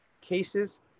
cases